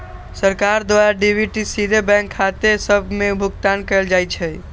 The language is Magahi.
सरकार द्वारा डी.बी.टी सीधे बैंक खते सभ में भुगतान कयल जाइ छइ